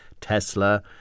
Tesla